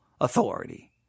authority